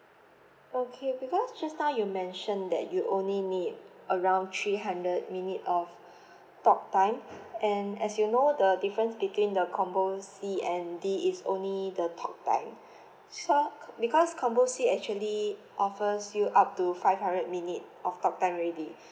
okay because just now you mentioned that you only need around three hundred minute of talk time and as you know the difference between the combo C and D is only the talk time so because combo C actually offers you up to five hundred minute of talk time already